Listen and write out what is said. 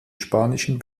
spanischen